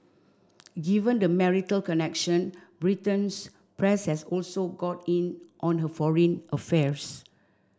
given the marital connection Britain's press has also got in on her foreign affairs